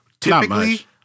typically